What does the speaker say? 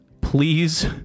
Please